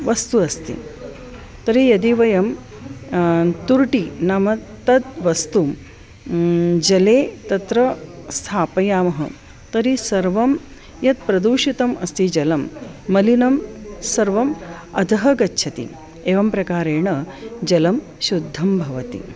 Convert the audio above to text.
वस्तु अस्ति तर्हि यदि वयं तुरुटि नाम तत् वस्तुं जले तत्र स्थापयामः तर्हि सर्वं यत् प्रदूषितम् अस्ति जलं मलिनं सर्वम् अधः गच्छति एवं प्रकारेण जलं शुद्धं भवति